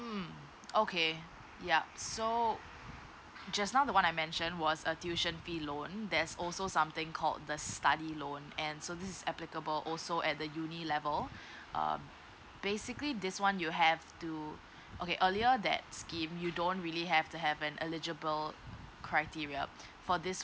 mm okay ya so just now the one I mention was a tuition fee loan there's also something called the study loan and so this applicable also at the uni~ level err basically this one you have to okay earlier that scheme you don't really have to have an eligible criteria for this